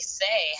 say